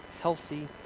healthy